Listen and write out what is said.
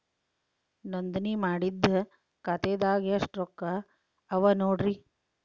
ನೋಂದಣಿ ಮಾಡಿದ್ದ ಖಾತೆದಾಗ್ ಎಷ್ಟು ರೊಕ್ಕಾ ಅವ ನೋಡ್ರಿ